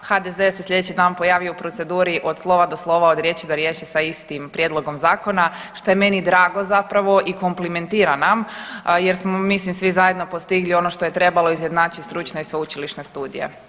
HDZ se slijedeći dan pojavio u proceduri od slova do slova, od riječi do riječi sa istim prijedlogom zakona, što je meni drago zapravo i komplimentira nam jer smo mislim svi zajedno postigli ono što je trebalo izjednačit stručne i sveučilišne studije.